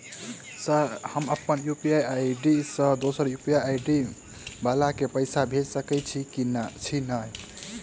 Sir हम अप्पन UPI ID सँ दोसर यु.पी.आई आई.डी वला केँ पैसा भेजि सकै छी नै?